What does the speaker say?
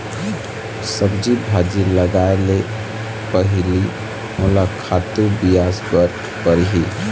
सब्जी भाजी लगाए ले पहिली मोला खातू बिसाय बर परही